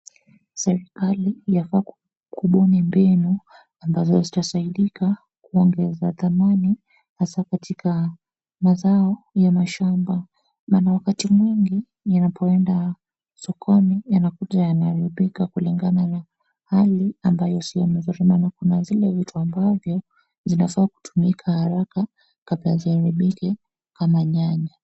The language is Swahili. Serikali yafaa kubuni mbinu, ambazo zitasaidika, kuongeza dhamini hasa katika mazao ya mashamba. wakati mwingi ni wa kwenda sokoni, yanakuja yanaharibika kulingana na hali ambayo sio mzuri. Kuna zile vitu ambavyo, zinafaa kutumika haraka, kabla ziharibike kama nyanya.